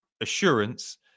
assurance